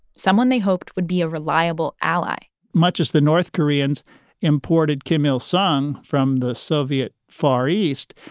someone they hoped would be a reliable ally much as the north koreans imported kim il sung from the soviet far east,